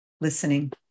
listening